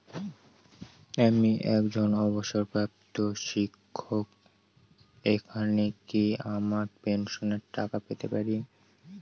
আমি একজন অবসরপ্রাপ্ত শিক্ষক এখানে কি আমার পেনশনের টাকা পেতে পারি?